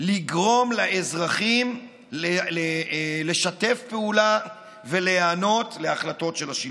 לגרום לאזרחים לשתף פעולה ולהיענות להחלטות של השלטונות.